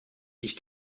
ich